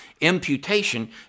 Imputation